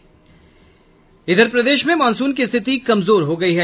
प्रदेश में मॉनसून की स्थिति कमजोर हो गयी है